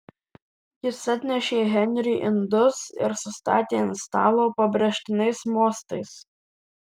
jis atnešė henriui indus ir sustatė ant stalo pabrėžtinais mostais